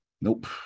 Nope